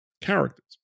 characters